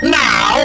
now